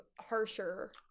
harsher